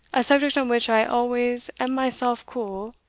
a subject on which i always am myself cool,